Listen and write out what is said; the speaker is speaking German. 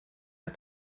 hat